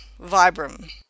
Vibram